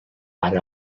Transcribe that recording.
ara